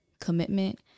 commitment